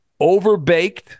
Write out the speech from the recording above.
overbaked